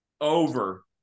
Over